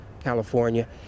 California